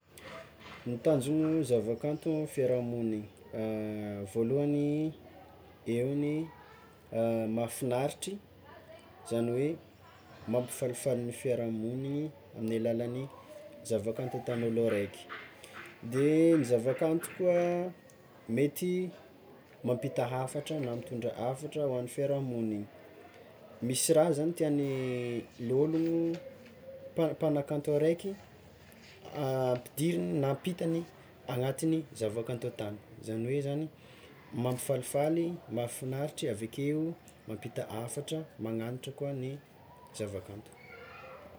Ny tanjon'ny zavakanto amin'ny fiarahamoniny, eo ny mahafinaritry izany hoe mampifalifaly ny fiarahamoniny amin'ny alalan'ny zavakanto ataon'olo araiky de ny zavakanto koa mety mampita hafatra na mitondra hafatra hoan'ny fiarahamoniny, misy raha zany tian'ny olo mpanakanto araiky ampidiriny na ampitany agnatiny zavakanto ataony zany hoe zany mampifalifaly, mahafinaritry, avekeo mampita hafatra magnanatra koa ny zavakanto.